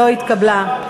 לא התקבלה.